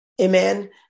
amen